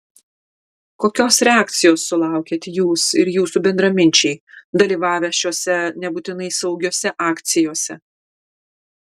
kokios reakcijos sulaukėt jūs ir jūsų bendraminčiai dalyvavę šiose nebūtinai saugiose akcijose